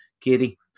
kitty